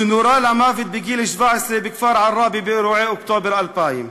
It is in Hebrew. שנורה למוות בגיל 17 בכפר עראבה באירועי אוקטובר 2000,